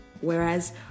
whereas